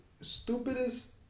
stupidest